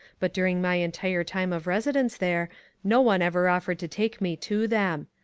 but during my entire time of residence there no one ever offered to take me to them.